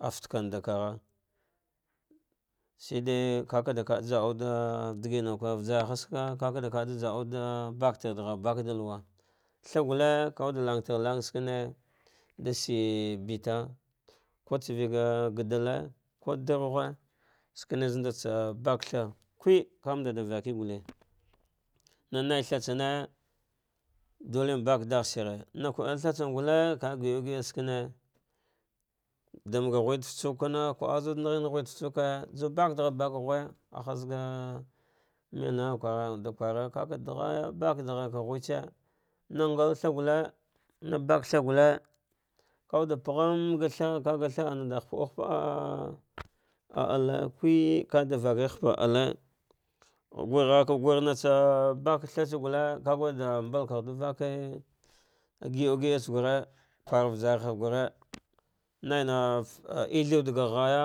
afatsenda ka gha, shide ka kajaauɗa digina kwe vajarhatsaka kaka da va jaauda batedaghar baka, tha gulle kawude lang tarɗaghartangha da shiye beta ka tsavega gudulle, vu darghe shukenzemand baka tha kwei kamanda vake gulle na naithatsame gullin baka ɗagh sh shir, na kuiei tha tsan gulle va givaugi ah shikine, daniga gheɗa fatsuk kana kuvel zuɗ nag he ghe ɗa futsuke juw ba daghar baka ghe kaza ga melnana kwaza da kwara aih baɗa gharka ghetse, na nga thal gulle, na baka tha gulle kawuda pagh aniga tha ga tha ana hapuau gapaa ah alle kwe e vaɗa fake hapa alle zaka gha gumatsa baka thatse gulle vagurda mb alkaghudu vake gi au gidatsa gure kurvaja rha gure naina tehtir wude ga ghaya.